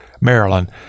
maryland